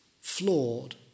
flawed